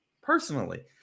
personally